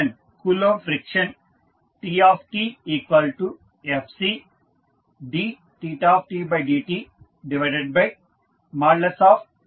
coulomb friction TtFcdθdtdθdt గా ఉంటుంది